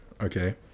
okay